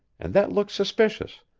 and that looked suspicious,